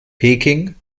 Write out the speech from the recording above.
peking